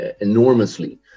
enormously